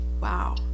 Wow